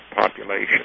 population